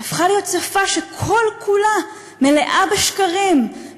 הפכה להיות שפה שכל-כולה מלאה בשקרים,